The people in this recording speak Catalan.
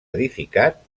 edificat